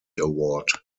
award